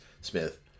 Smith